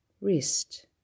wrist